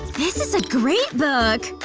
this is a great book!